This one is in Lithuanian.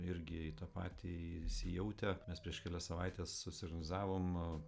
irgi į tą patį įsijautę mes prieš kelias savaites susiorganizavom